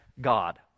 God